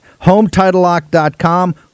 HomeTitleLock.com